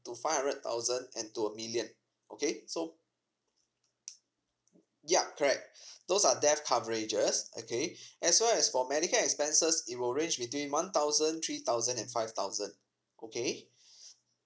to five hundred thousand and to a million okay so ya correct those are death coverages okay as well as for medical expenses it will range between one thousand three thousand and five thousand okay